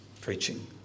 preaching